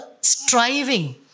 striving